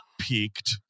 peaked